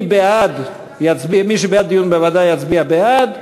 מי שבעד דיון בוועדה יצביע בעד,